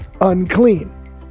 unclean